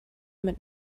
mit